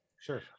Sure